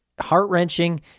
heart-wrenching